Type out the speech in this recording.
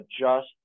adjust